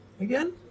again